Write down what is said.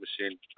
machine